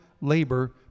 labor